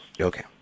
okay